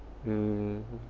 hmm